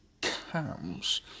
comes